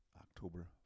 October